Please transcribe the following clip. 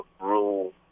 rule